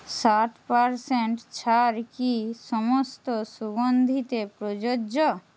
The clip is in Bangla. ষাট পার্সেন্ট ছাড় কি সমস্ত সুগন্ধিতে প্রযোজ্য